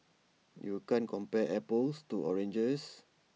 you can't compare apples to oranges